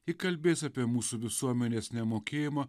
ji kalbės apie mūsų visuomenės nemokėjimą